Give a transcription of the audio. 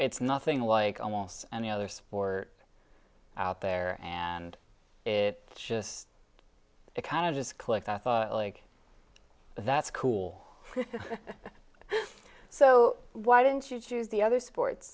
it's nothing like almost any other sport out there and it just it kind of just clicked i thought like that's cool so why didn't you choose the other sports